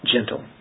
Gentle